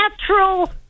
natural